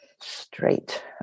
straight